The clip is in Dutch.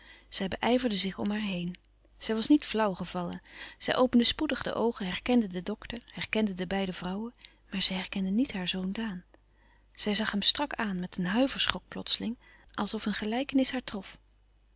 zij be ijverden zich om haar heen zij was niet flauw gevallen zij opende spoedig de oogen herkende den dokter herkende de beide vrouwen maar zij herkende niet haar zoon daan zij zag hem strak aan met een huiverschok plotseling als of een gelijkenis haar trof